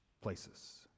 places